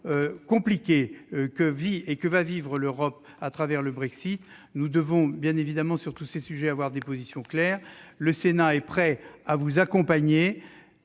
compliquée que vit et que va vivre l'Europe avec le Brexit, nous devons évidemment adopter, sur tous ces sujets, des positions claires. Le Sénat est prêt à vous accompagner